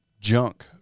junk